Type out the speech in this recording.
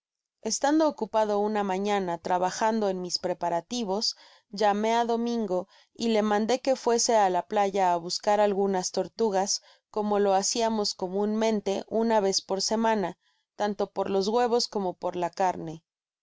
estando ocupado una mañana trabajando en mis pre parativos llamé á domingo y le mandó que fuese á la playa á buscar algunas tortugas como lo hacíamos comunmente una vez por semana tanto por los huevos como por la carne